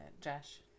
Josh